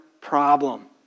problem